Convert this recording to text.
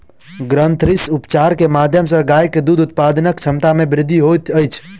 ग्रंथिरस उपचार के माध्यम सॅ गाय के दूध उत्पादनक क्षमता में वृद्धि होइत अछि